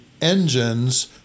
engines